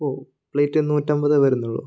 ഓ പ്ലേറ്റിന് നൂറ്റമ്പതേ വരുന്നുള്ളൂ